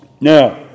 Now